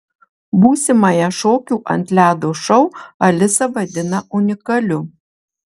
būsimąją šokių ant ledo šou alisa vadina unikaliu